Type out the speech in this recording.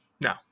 No